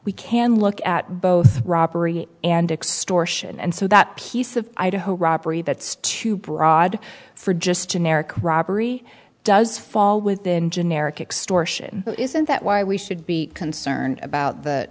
we can look at both robbery and extortion and so that piece of idaho robbery that's too broad for just generic robbery does fall within generic extortion isn't that why we should be concerned about the